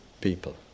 people